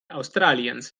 australiens